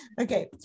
okay